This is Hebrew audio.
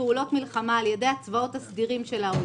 פעולות מלחמה על ידי הצבאות הסדירים של האויב,